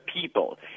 people